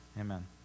Amen